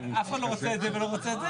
אף אחד לא רוצה את זה ולא רוצה את זה,